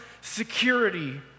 security